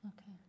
Okay